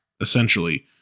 essentially